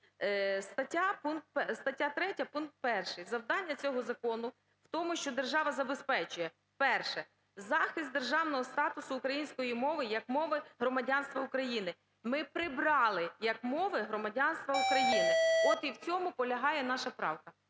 Стаття 3 пункт 1: "Завдання цього закону в тому, що держава забезпечує: 1) захист державного статусу української мови як мови громадянства України". Ми прибрали "як мови громадянства України". От і в цьому полягає наша правка.